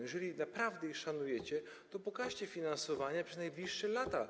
Jeżeli naprawdę ich szanujecie, to pokażcie finansowanie na najbliższe lata.